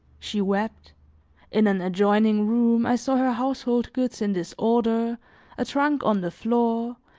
she wept in an adjoining room, i saw her household goods in disorder, a trunk on the floor,